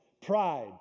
pride